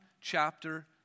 chapter